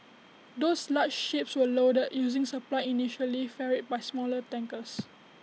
those large ships were loaded using supply initially ferried by smaller tankers